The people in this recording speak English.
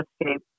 escape